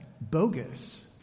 bogus